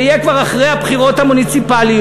וזה יהיה כבר אחרי הבחירות המוניציפליות.